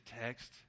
text